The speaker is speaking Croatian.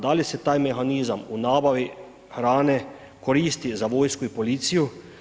Da li se taj mehanizam u nabavi hrane koristi za vojsku i policiju?